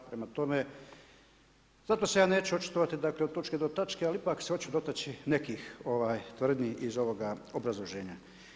Prema tome zato se ja neću očitovati dakle od točke do točke ali ipak se oću dotaći nekih tvrdnji iz ovoga obrazloženja.